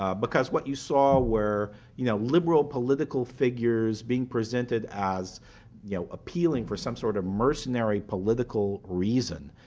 ah because what you saw were you know liberal political figures being presented as you know appealing for some sort of mercenary political reason.